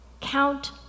Count